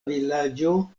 vilaĝo